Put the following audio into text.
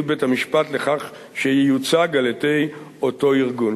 בית-המשפט לכך שייוצג על-ידי אותו ארגון.